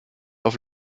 auf